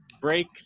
break